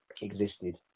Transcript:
existed